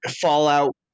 Fallout